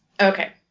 Okay